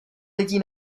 lidí